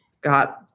got